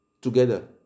together